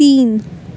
تین